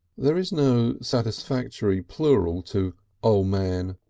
there is no satisfactory plural to o' man,